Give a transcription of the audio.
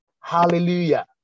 Hallelujah